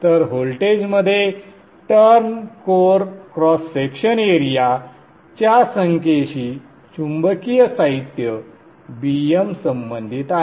तर व्होल्टेजमध्ये turn core cross section area च्या संख्येशी चुंबकीय साहित्य Bm संबंधित आहे